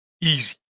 Easy